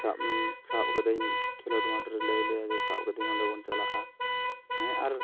ᱥᱟᱵ ᱥᱟᱵ ᱠᱟᱹᱫᱟᱧ ᱠᱷᱮᱞᱳᱰ ᱢᱟᱴᱷᱨᱮ ᱞᱟᱹᱭᱟ ᱞᱮᱭᱟ ᱡᱮ ᱥᱟᱵ ᱠᱟᱹᱫᱟᱹᱧ ᱚᱸᱰᱮ ᱵᱚᱱ ᱪᱟᱞᱟᱜᱼᱟ ᱦᱮᱸ ᱟᱨ